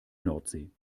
nordsee